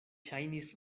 ŝajnis